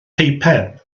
peipen